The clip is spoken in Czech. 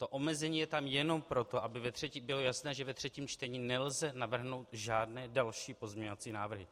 To omezení je tam jenom proto, aby bylo jasné, že ve třetím čtení nelze navrhnout žádné další pozměňovací návrhy.